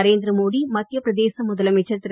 நரேந்திர மோடி மத்திய பிரதேச முதலமைச்சர் திரு